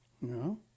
No